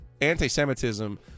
anti-Semitism –